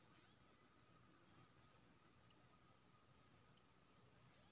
real estate दलाल बनिकए पैसा कमाओल जा सकैत छै